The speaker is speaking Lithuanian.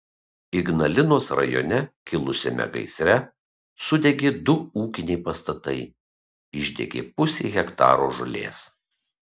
ignalinos rajone kilusiame gaisre sudegė du ūkiniai pastatai išdegė pusė hektaro žolės